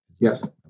Yes